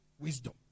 wisdom